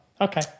Okay